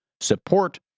support